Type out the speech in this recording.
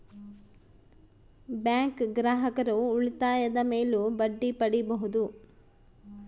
bank ಗ್ರಾಹಕರು ಉಳಿತಾಯದ ಮೇಲೂ ಬಡ್ಡಿ ಪಡೀಬಹುದು